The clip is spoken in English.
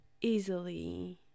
easily